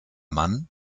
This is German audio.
mann